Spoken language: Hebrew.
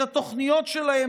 את התוכניות שלהם